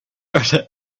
other